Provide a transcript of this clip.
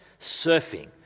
surfing